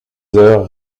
heures